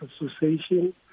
Association